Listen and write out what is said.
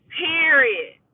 period